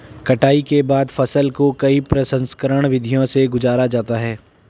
कटाई के बाद फसल को कई प्रसंस्करण विधियों से गुजारा जाता है